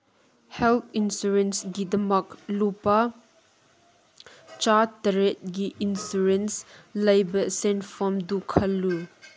health ꯏꯟꯁꯨꯔꯦꯟꯁꯒꯤꯗꯃꯛ ꯂꯨꯄꯥ ꯆꯥꯇ꯭ꯔꯦꯠꯒꯤ ꯏꯟꯁꯨꯔꯦꯟꯁ ꯂꯩꯕ ꯁꯦꯟꯐꯝꯗꯨ ꯈꯜꯂꯨ